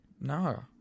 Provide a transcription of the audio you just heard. No